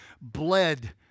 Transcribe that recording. bled